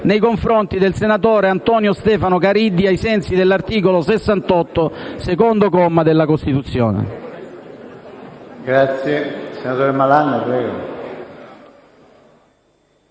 nei confronti del senatore Antonio Stefano Caridi, ai sensi dell'articolo 68, secondo comma, della Costituzione.